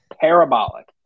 Parabolic